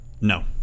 no